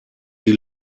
die